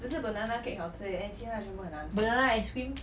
只是 banana cake 好吃而已 eh 其他全部很难吃